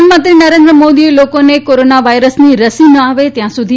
પ્રધાનમંત્રી નરેન્દ્ર મોદી એ લોકોને કોરોના વાયરસની રસી ન આવે ત્યાં સુધી